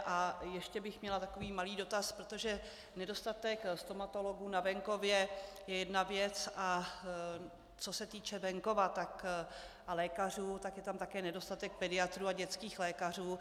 A ještě bych měla takový malý dotaz, protože nedostatek stomatologů na venkově je jedna věc, a co se týče venkova a lékařů, je tam také nedostatek pediatrů a dětských lékařů.